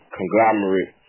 conglomerate